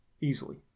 Easily